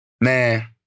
Man